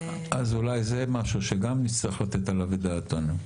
אז אולי זה משהו שגם נצטרך לתת עליו את דעתנו.